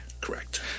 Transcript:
Correct